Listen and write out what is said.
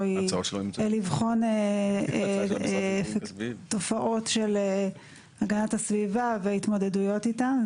לבחון תופעות של הגנת הסביבה והתמודדויות איתן.